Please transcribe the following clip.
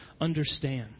understand